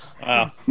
wow